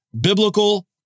Biblical